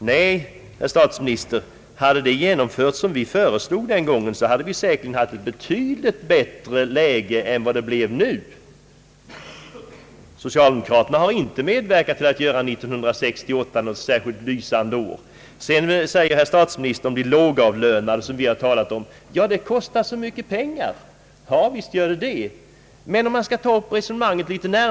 Nej, herr statsminister, hade det vi föreslog den gången genomförts, hade vi säkerligen haft ett betydligt bättre läge än vi har nu. Socialdemokraterna har inte medverkat till att göra 1968 till något lysande år. Herr statsministern säger att det kostar så mycket pengar att hjälpa de lågavlönade. Visst gör det det!